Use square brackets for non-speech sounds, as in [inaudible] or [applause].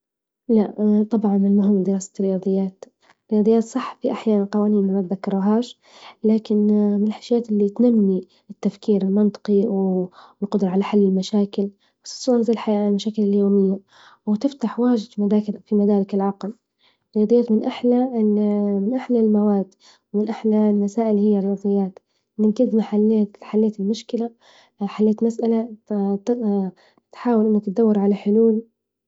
لا [hesitation] طبعا المهم دراسة رياضيات رياضيات صح في أحيانا قوانين منتذكرهاش، لكن من الحاجات اللي تنمي التفكير المنطقي [hesitation] والقدرة على حل المشاكل خصوصا في المشاكل اليومية ، وتفتح في واجد في مدارك -في مدارك العقل، يضيمن احلى [hesitation] المواد، ومن احلى المسائل اللي هي الخوارزميات، من قد ما حليت- حليت المشكلة حليت مسألة [hesitation] تحاول إنك تدور على حلول.